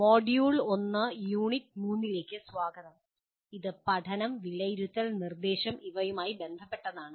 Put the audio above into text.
module 1 unit 3 ലേക്ക് സ്വാഗതം ഇത് പഠനം വിലയിരുത്തൽ നിർദ്ദേശം ഇവയുമായി ബന്ധപ്പെട്ടതാണ്